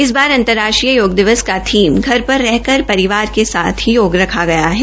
इस बार अंतर्राष्ट्रीय योग दिवस का थीम घर पर रहकर परिवार के साथ योग रखा गया है